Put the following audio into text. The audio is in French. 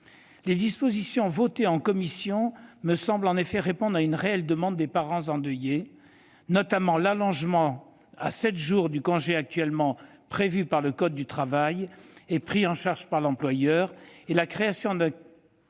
Les dispositions votées en commission me semblent en effet répondre à une réelle demande des parents endeuillés, notamment l'allongement à sept jours du congé actuellement prévu par le code du travail et pris en charge par l'employeur et la création d'un